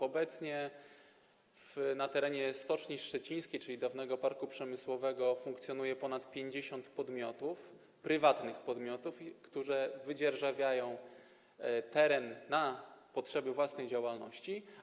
Obecnie na terenie Stoczni Szczecińskiej, czyli dawnego parku przemysłowego, funkcjonuje ponad 50 podmiotów, prywatnych podmiotów, które wydzierżawiają teren na potrzeby własnej działalności.